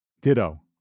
Ditto